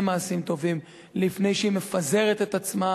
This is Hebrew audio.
מעשים טובים לפני שהיא מפזרת את עצמה,